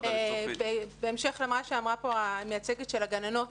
בהמשך למה שאמרה המייצגת של הגננות,